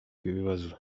rw’ibibazo